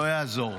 לא יעזור,